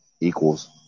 equals